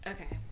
Okay